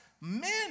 Men